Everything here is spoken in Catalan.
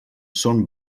són